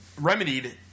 remedied